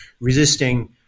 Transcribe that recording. Resisting